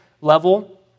level